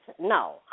No